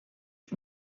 che